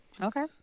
Okay